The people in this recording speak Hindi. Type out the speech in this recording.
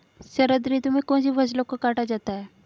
शरद ऋतु में कौन सी फसलों को काटा जाता है?